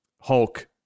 Hulk